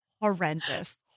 horrendous